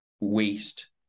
waste